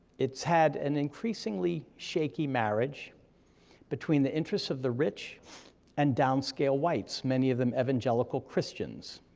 it's had an increasingly shaky marriage between the interests of the rich and downscale whites, many of them evangelical christians.